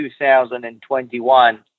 2021